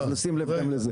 לשים לב גם לזה.